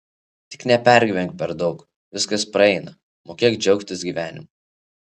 tik nepergyvenk per daug viskas praeina mokėk džiaugtis gyvenimu